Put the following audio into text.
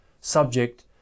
subject